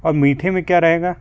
और मीठे में क्या रहेगा